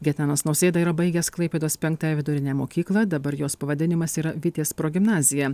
gitanas nausėda yra baigęs klaipėdos penktąją vidurinę mokyklą dabar jos pavadinimas yra vitės progimnazija